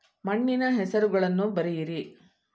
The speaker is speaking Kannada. ಮಣ್ಣಿನ ಹೆಸರುಗಳನ್ನು ಬರೆಯಿರಿ